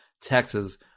Texas